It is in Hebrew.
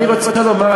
אני רוצה לומר,